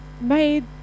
made